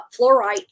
Fluorite